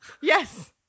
Yes